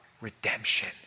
redemption